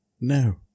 No